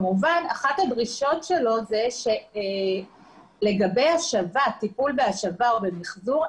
אחת הדרישות שלו היא שלגבי טיפול בהשבה או במיחזור,